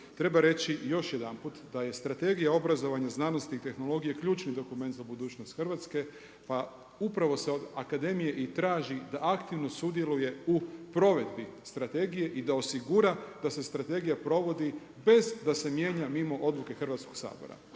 treba reći još jedanput da je Strategija obrazovanja, znanosti i tehnologije ključni dokument za budućnost Hrvatske, pa upravo se od akademije i traži da aktivno sudjeluje u provedbi strategije i da osigura da se strategija provodi bez da se mijenja mimo odluke Hrvatskog sabora.